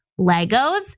Legos